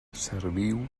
serviu